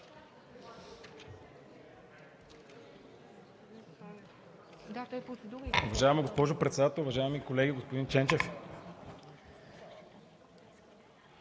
Уважаема госпожо Председател, уважаеми колеги! Господин Ченчев,